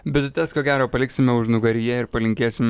bitutes ko gero paliksime užnugaryje ir palinkėsim